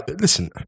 Listen